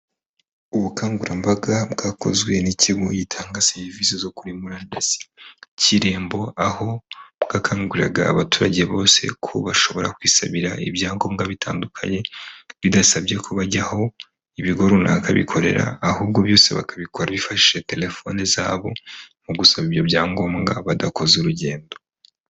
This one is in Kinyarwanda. Ubukangurambaga bwakozwe n'ikigo gitanga serivisi zo kuri murandasi cy'Irembo, aho bwakanguriraga abaturage bose ko bashobora kwisabira ibyangombwa bitandukanye, bidasabye ko bajya aho ibigo runaka bikorera, ahubwo byose bakabikora bifashishije telefone zabo mu gusaba ibyo byangombwa badakoze urugendo.